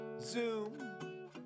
Zoom